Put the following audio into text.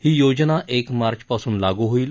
ही योजना एक मार्चपासून लागू होईल